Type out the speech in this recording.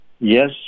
Yes